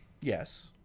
Yes